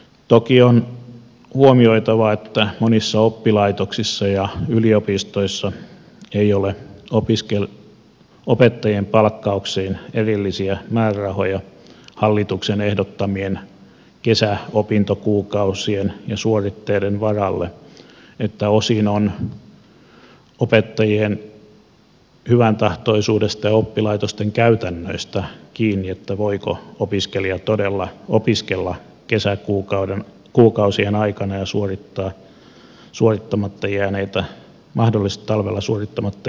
toki on huomioitava että monissa oppilaitoksissa ja yliopistoissa ei ole opettajien palkkauksiin erillisiä määrärahoja hallituksen ehdottamien kesäopintokuukausien ja suoritteiden varalle joten osin on opettajien hyväntahtoisuudesta ja oppilaitosten käytännöistä kiinni voiko opiskelija todella opiskella kesäkuukausien aikana ja suorittaa mahdollisesti talvella suorittamatta jääneitä opintojaan